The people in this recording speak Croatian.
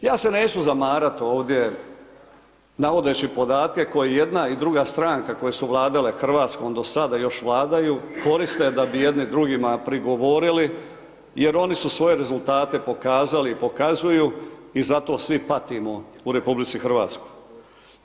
Ja se neću zamarat ovdje navodeći podatke koji jedna i druga stranka koje su vladale Hrvatskom do sad i još vladaju koriste da bi jedni drugima prigovorili, jer oni su svoje rezultate pokazali i pokazuju, i zato svi patimo u Republici Hrvatskoj.